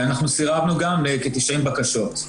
אנחנו סירבנו גם לכ-90 בקשות,